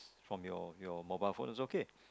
from your mobile phone it's okay